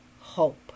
hope